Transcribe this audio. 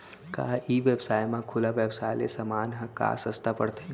का ई व्यवसाय म खुला व्यवसाय ले समान ह का सस्ता पढ़थे?